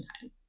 time